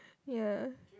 ya